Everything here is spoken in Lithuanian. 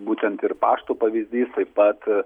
būtent ir pašto pavyzdys taip pat